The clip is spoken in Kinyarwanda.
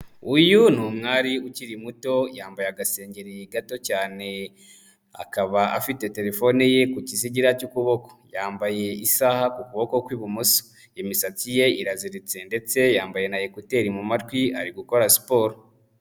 Uyu ni umwari ukiri muto yambaye agasengeri gato cyane, akaba afite telefone ye ku kizigira cy'ukuboko. Yambaye isaha ku kuboko kw'ibumoso. Imisatsi ye iraziritse ndetse yambaye na ekiteri mu matwi ari gukora siporo.